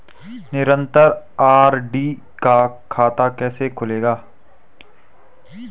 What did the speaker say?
निरन्तर आर.डी का खाता कैसे खुलेगा?